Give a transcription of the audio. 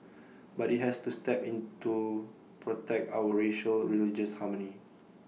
but IT has to step in to protect our racial religious harmony